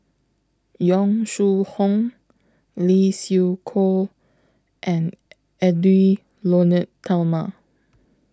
Yong Shu Hoong Lee Siew Choh and Edwy Lyonet Talma